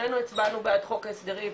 שנינו הצבענו בעד חוק ההסדרים,